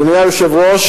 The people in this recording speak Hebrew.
אדוני היושב-ראש,